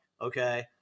okay